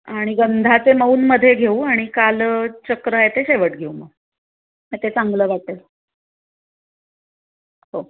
आणि गंधाचे मौन मध्ये घेऊ आणि काल चक्र आहे ते शेवट घेऊ मग मग ते चांगलं वाटेल हो